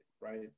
right